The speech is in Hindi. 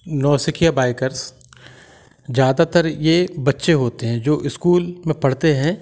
नौसिखिया बाइकर्स ज़्यादातर ये बच्चे होते हैं जो ईस्कूल में पढ़ते हैं